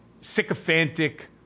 sycophantic